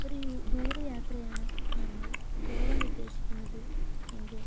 ഒരു യു ദൂരയാത്രയാണ് നമ്മൾ പോകാൻ ഉദേശിക്കുന്നത് എങ്കിൽ